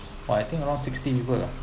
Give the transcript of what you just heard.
!wah! I think around sixty people ah